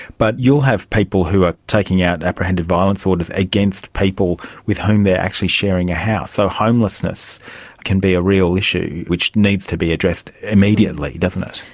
but you will have people who are taking out apprehended violence orders against people with whom they are actually sharing a house, so homelessness can be a real issue which needs to be addressed immediately, doesn't it.